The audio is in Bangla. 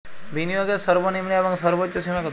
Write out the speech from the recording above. বিনিয়োগের সর্বনিম্ন এবং সর্বোচ্চ সীমা কত?